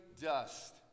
dust